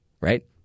right